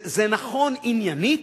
זה נכון עניינית,